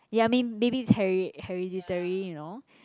ya may maybe it's here~ hereditary you know